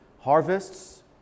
harvests